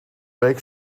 week